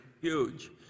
huge